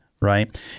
Right